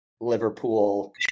Liverpool